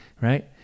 right